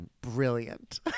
brilliant